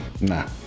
Nah